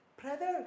brother